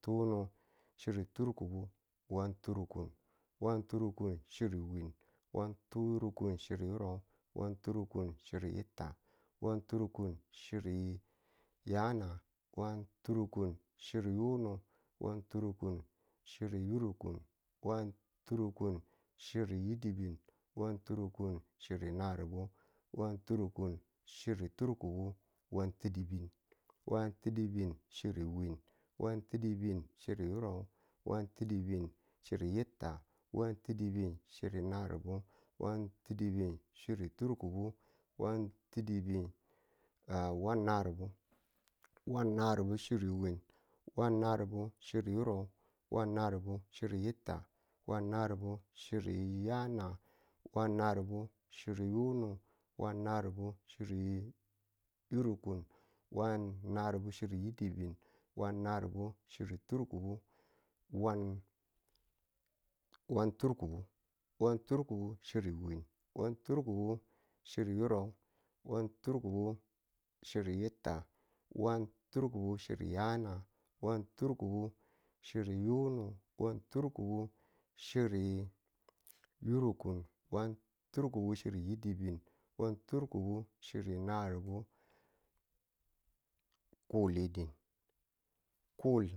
chiri turkubu, wan turukun. wan turukun chiri wiin, wan turukun chiri yurub, wan turukun chiri yitta, wan turukun chiri yana, wan turukun chiri yunu, wan turukun chiri yurukun, wan turukun chiri yidibin, wan turukun chiri naribu, wan turukun chiri turkubu, wan ti̱dibi̱n. wan ti̱dibi̱n chiri wiin, wan ti̱dibi̱n yurub, wan ti̱dibi̱n chiri yitta, wan ti̱dibi̱n chiri yana, wan ti̱dibi̱n chiri yunu. wan ti̱dibi̱n yurukun, wan ti̱dibi̱n yidibin, wan ti̱dibi̱n naribu, wan ti̱dibi̱n turkubu, wan nari̱bu. wan nari̱bu chiri wiin, wan nari̱bu chiri yurub, wan nari̱bu chiri yitta. wan nari̱bu chiri yana, yunu. wan nari̱bu chiri yurukun, wan nari̱bu chiri yidibin. wan nari̱bu chiri naribu, wan nari̱bu chiri turkubu, wan turkubo. wan turkubo chiri wiin, wan turkubo chiri yurub, wan turkubo chiri yitta, wan turkubo chiri yana, wan turkubo chiri yunu. wan turkubo chiri yurukun, wan turkubo chiri yidibin, wan turkubo chiri naribu, kul wan turkubo chiri turkubu, kuli.